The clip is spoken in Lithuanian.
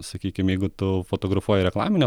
sakykim jeigu tu fotografuoji reklaminę